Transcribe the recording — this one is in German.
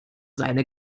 seine